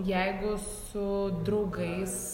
jeigu su draugais